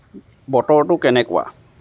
বতৰটো কেনেকুৱা